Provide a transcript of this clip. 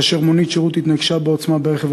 כאשר מונית שירות התנגשה בעוצמה ברכב